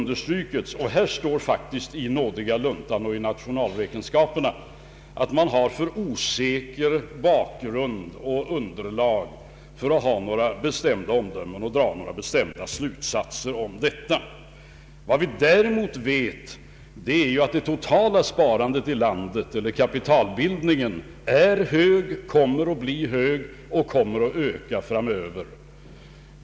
Det står faktiskt i nådiga luntan och i nationalräkenskaperna att man har för osäker bakgrund och för dåligt underlag för att ha några bestämda omdömen och dra några bestämda slutsatser härvidlag. Däremot vet vi att det totala sparandet i landet — eller kapitalbildningen är stort, kommer att bli stort och kommer att öka framöver.